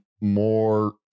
more